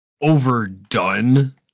overdone